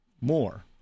more